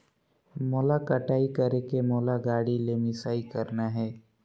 मोला कटाई करेके मोला गाड़ी ले मिसाई करना हे?